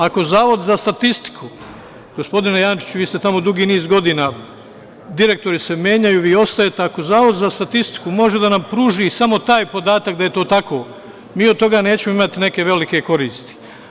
Ako Zavod za statistiku, gospodine Jančiću, vi ste tamo dugi niz godina, direktori se menjaju, vi ostajete i ako Zavod za statistiku može da nam pruži samo taj podatak da je to tako, mi od toga nećemo imati neke velike koristi.